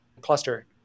cluster